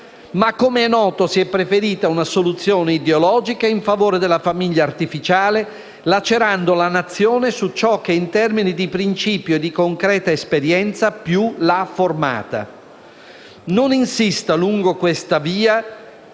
ma, com'è noto, si è preferita una soluzione ideologica in favore della famiglia artificiale, lacerando la nazione su ciò che in termini di principio e di concreta esperienza più l'ha formata. Non insista lungo questa via